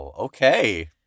Okay